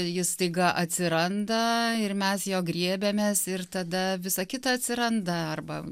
jis staiga atsiranda ir mes jo griebiamės ir tada visa kita atsiranda arba